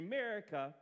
America